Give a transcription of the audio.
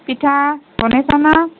পিঠা বনাইছা নে